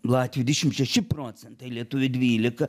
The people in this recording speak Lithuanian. latvių dišim šeši procentai lietuvių dvylika